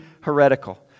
heretical